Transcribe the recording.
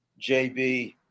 JB